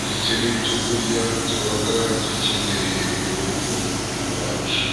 ndetse n'ibyo kurya tubaga dukeneye mu rugo iwacu.